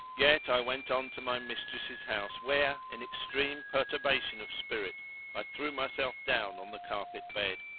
yet i went on to my mistress's house where, in extreme perturbation of spirit i threw myself down on the carpet bed.